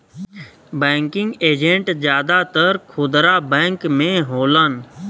banking agent जादातर खुदरा bank में होलन